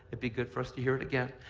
be good for us to hear it again.